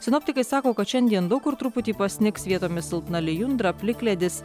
sinoptikai sako kad šiandien daug kur truputį pasnigs vietomis silpna lijundra plikledis